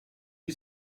you